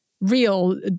real